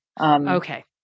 Okay